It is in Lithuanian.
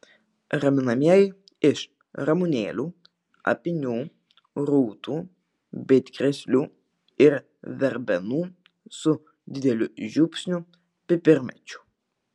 raminamieji iš ramunėlių apynių rūtų bitkrėslių ir verbenų su dideliu žiupsniu pipirmėčių